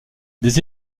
des